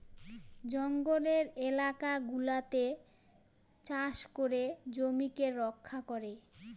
জঙ্গলের এলাকা গুলাতে চাষ করে জমিকে রক্ষা করে